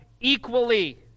equally